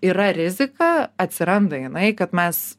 yra rizika atsiranda jinai kad mes